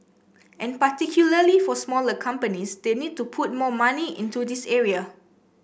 and particularly for smaller companies they need to put more money into this area